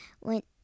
went